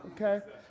Okay